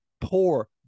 poor